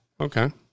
okay